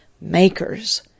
makers